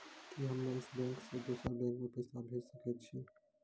कि हम्मे इस बैंक सें दोसर बैंक मे पैसा भेज सकै छी?